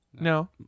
No